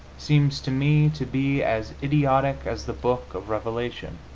seems to me to be as idiotic as the book of revelation.